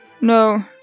no